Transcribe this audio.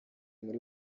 muri